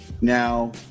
Now